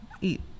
eat